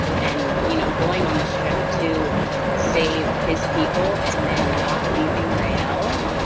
and you know going on this trip to save his people and then not leaving raelle.